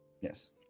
yes